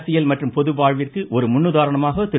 அரசியல் மற்றும் பொதுவாழ்விற்கு ஒரு முன் உதாரணமாக திரு